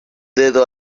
dedo